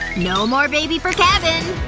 no more baby for kevin